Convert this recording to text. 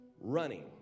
running